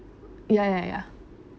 ya ya ya